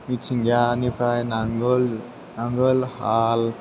मिथिंगानिफ्राय नांगोल नांगोल हाल